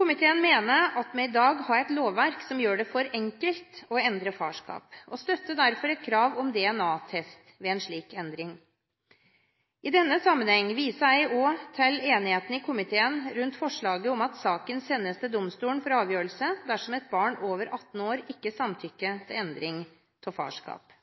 Komiteen mener at vi i dag har et lovverk som gjør det for enkelt å endre farskap, og støtter derfor et krav om DNA-test ved en slik endring. I denne sammenheng viser jeg også til enigheten i komiteen rundt forslaget om at saken sendes til domstolen for avgjørelse dersom et barn over 18 år ikke samtykker til endring av farskapet.